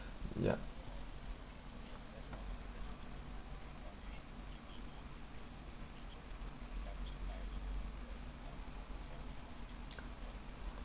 ya